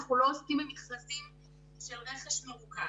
אנחנו לא עוסקים במכרזים של רכש מרוכז.